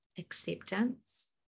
acceptance